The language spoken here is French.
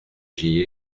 j’y